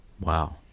Wow